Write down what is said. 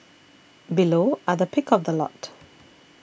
below are the pick of the lot